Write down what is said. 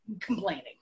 complaining